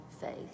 faith